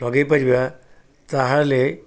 ଲଗେଇ ପାରିବା ତାହେଲେ